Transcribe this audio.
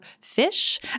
fish